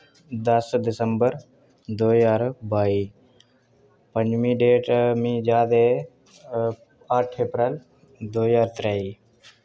दस दिसंबर दो ज्हार बाई पञ्जमी डेट मिकी याद ऐ अट्ठ अप्रैल दो ज्हार त्रेई